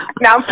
Now